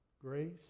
Grace